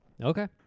Okay